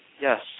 Yes